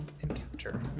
encounter